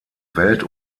welt